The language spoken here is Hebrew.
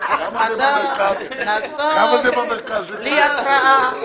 ריבית, הצמדה, קנסות, בלי התרעה.